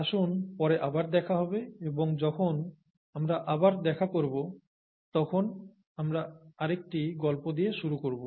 আসুন পরে আবার দেখা হবে এবং যখন আমরা আবার দেখা করব তখন আমরা আরেকটি গল্প দিয়ে শুরু করব